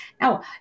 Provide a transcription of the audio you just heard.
Now